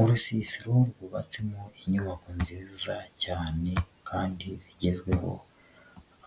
Urusisiro rwubatsemo inyubako nziza cyane kandi igezweho,